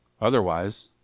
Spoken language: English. Otherwise